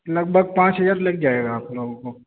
لگ بھگ پانچ ہزار لگ جائے گا آپ لوگوں کو